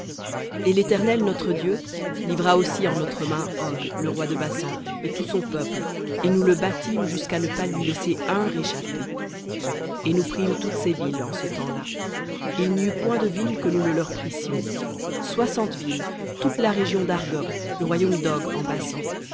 et l'éternel notre dieu livra aussi en notre main og le roi de basan et tout son peuple et nous le battîmes jusqu'à ne pas lui laisser un réchappé et nous prîmes toutes ses villes en ce temps-là il n'y eut point de ville que nous ne leur prissions soixante villes toute la région d'argob le royaume d'og en basan